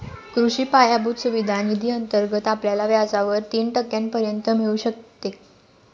कृषी पायाभूत सुविधा निधी अंतर्गत आपल्याला व्याजावर तीन टक्क्यांपर्यंत मिळू शकते